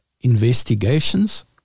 investigations